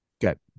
Good